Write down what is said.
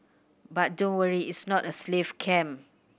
but don't worry its not a slave camp